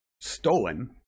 stolen